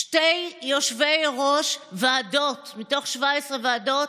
שתי יושבות-ראש ועדות מתוך 17 ועדות.